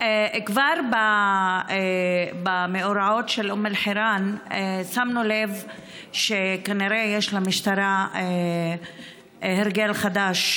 כבר במאורעות של אום אל-חיראן שמנו לב שכנראה יש למשטרה הרגל חדש,